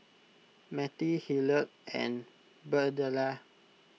Mettie Hillard and Birdella